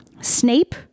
snape